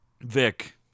Vic